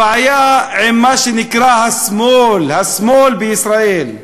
הבעיה היא עם מה שנקרא השמאל, השמאל בישראל,